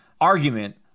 argument